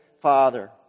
father